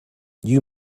you